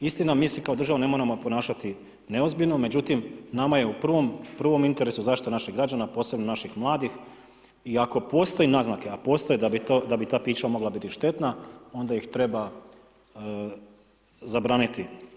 Istina, mi se kao država ne moramo ponašati neozbiljno, međutim, nama je u prvo interesu zaštita naših građana, posebno naših mladih i ako postoje naznake, a postoje, da bi ta pića mogla biti štetna, onda ih treba zabraniti.